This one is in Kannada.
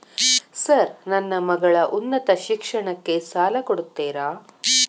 ಸರ್ ನನ್ನ ಮಗಳ ಉನ್ನತ ಶಿಕ್ಷಣಕ್ಕೆ ಸಾಲ ಕೊಡುತ್ತೇರಾ?